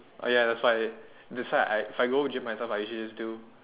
oh ya that's why that's why I if I go gym myself I usually just do